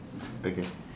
okay